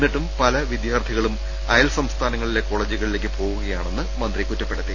എന്നിട്ടും പല വിദ്യാർത്ഥികളും അയൽ സംസ്ഥാനങ്ങളിലെ കൊളേജുക ളിലേക്ക് പോവുകയാണെന്നും മന്ത്രി കുറ്റപ്പെടുത്തി